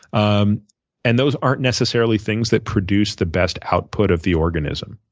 um and those aren't necessarily things that produce the best output of the organism.